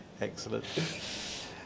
Excellent